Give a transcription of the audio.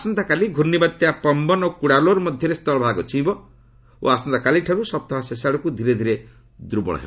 ଆସନ୍ତାକାଲି ଗୁର୍ଷ୍ଣିବାତ୍ୟା ପମ୍ଘନ ଓ କୁଡାଲୋର ମଧ୍ୟରେ ସ୍ଥଳଭାଗ ହୁଇଁବ ଓ ଆସନ୍ତାକାଲିଠାରୁ ସପ୍ତାହ ଶେଷଆଡକୁ ଧୀରେ ଧୀରେ ଦୁର୍ବଳ ହେବ